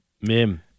Mim